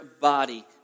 body